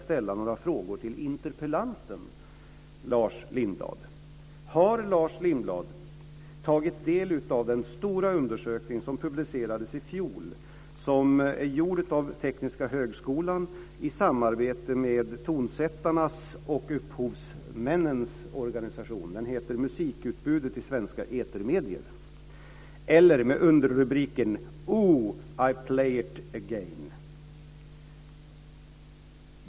Har Lars Lindblad tagit del av den stora undersökning som publicerades i fjol och som är gjord av Tekniska högskolan i samarbete med tonsättarnas och upphovsmännens organisation? Den heter Musikutbudet i svenska etermedier, med underrubriken Oh, I play it again.